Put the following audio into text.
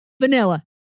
Vanilla